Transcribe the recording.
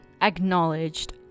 acknowledged